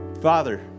father